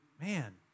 man